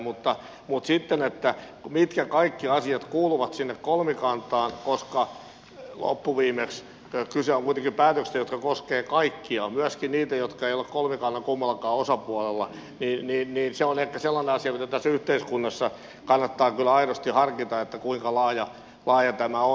mutta sitten mitkä kaikki asiat kuuluvat sinne kolmikantaan koska loppuviimeksi kyse on kuitenkin päätöksistä jotka koskevat kaikkia myöskin niitä jotka eivät ole kolmikannan osapuolia se on ehkä sellainen asia mitä tässä yhteiskunnassa kannattaa kyllä aidosti harkita kuinka laaja tämä on